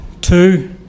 Two